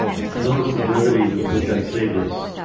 notice the brevity, with which i say this,